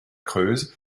creuse